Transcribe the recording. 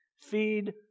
feed